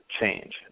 change